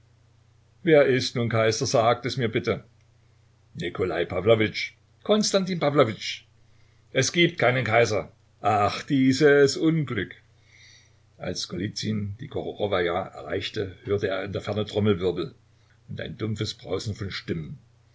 wer ist nun kaiser sagt es mir bitte nikolai pawlowitsch konstantin pawlowitsch es gibt keinen kaiser ach dieses unglück als golizyn die gorochowaja erreichte hörte er in der ferne trommelwirbel und ein dumpfes brausen von stimmen